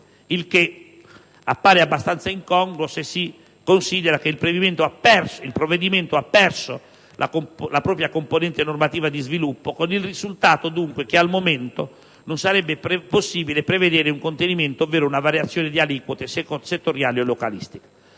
il che appare abbastanza incongruo se si considera che il provvedimento ha perso la propria componente normativa di sviluppo, con il risultato dunque che al momento non sarebbe possibile prevedere un contenimento ovvero una variazione di aliquote settoriale o localistica.